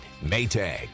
Maytag